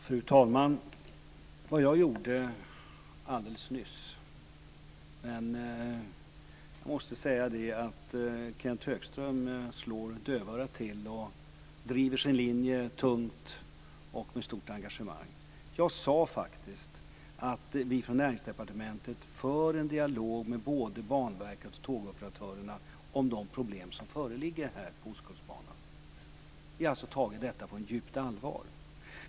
Fru talman! Jag måste säga att Kenth Högström slår dövörat till och driver sin linje tungt och med stort engagemang. Jag sade faktiskt alldeles nyss att vi från Näringsdepartementet för en dialog med både Banverket och tågoperatörerna om de problem som föreligger på Ostkustbanan. Vi har alltså tagit detta på djupt allvar.